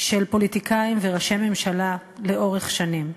של פוליטיקאים וראשי ממשלה לאורך שנים.